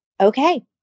Okay